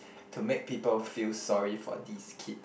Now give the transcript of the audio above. to make people feel sorry for these kid